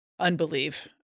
unbelieve